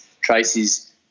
Tracy's